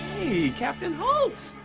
captain holt!